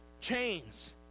chains